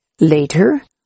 Later